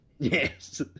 yes